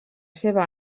seva